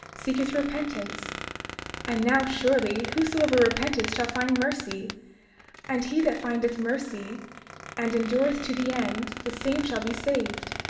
seeketh repentance and now surely, whosoever repenteth shall find mercy and he that findeth mercy and endureth to the end the same shall be saved.